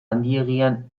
handiegian